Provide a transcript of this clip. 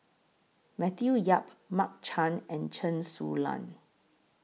Matthew Yap Mark Chan and Chen Su Lan